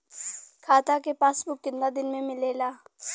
खाता के पासबुक कितना दिन में मिलेला?